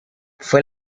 fue